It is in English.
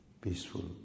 peaceful